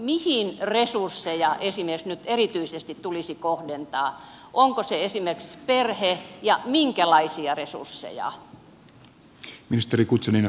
mihin resursseja nyt erityisesti tulisi kohdentaa onko se esimerkiksi perhe ja minkälaisia resursseja